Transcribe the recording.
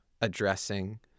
addressing